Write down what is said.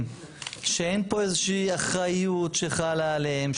שאין פה איזה שהיא אחריות שחלה עליהן,